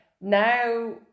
now